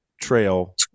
trail